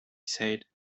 said